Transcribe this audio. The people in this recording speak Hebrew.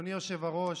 אדוני היושב-ראש,